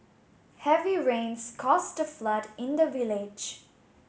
heavy rains caused a flood in the village